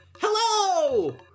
Hello